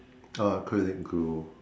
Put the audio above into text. acrylic glue